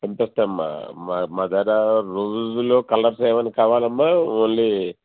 పంపిస్తామ్మా మా మా దగ్గర రోజ్ల్లో కలర్స్ ఏమైనా కావాలామ్మా ఓన్లీ